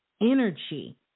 energy